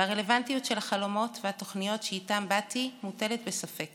והרלוונטיות של החלומות והתוכניות שאיתם באתי מוטלת בספק